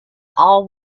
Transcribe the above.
all